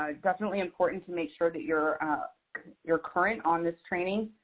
um definitely important to make sure that you're you're current on this training.